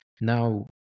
Now